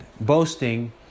boasting